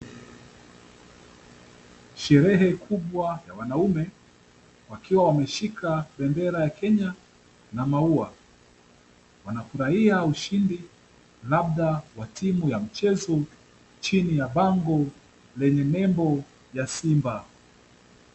Sherehe kubwa ya wanaume, wakiwa wameshika bendera ya Kenya na maua. Wanafurahia ushindi labda wa timu ya mchezo chini ya bango lenye nembo ya simba.